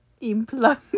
Implant